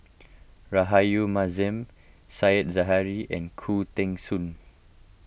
Rahayu Mahzam Said Zahari and Khoo Teng Soon